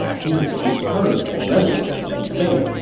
he is superb at rhetoric and debate,